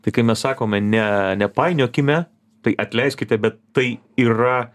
tai kai mes sakome ne nepainiokime tai atleiskite bet tai yra